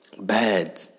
bad